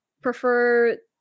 prefer